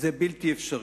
זה בלתי אפשרי.